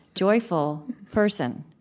joyful person,